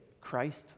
Christ